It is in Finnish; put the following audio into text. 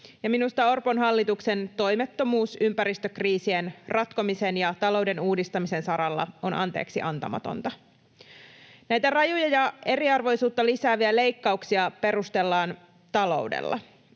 minusta Orpon hallituksen toimettomuus ympäristökriisien ratkomisen ja talouden uudistamisen saralla on anteeksiantamatonta. Näitä rajuja ja eriarvoisuutta lisääviä leikkauksia perustellaan taloudella.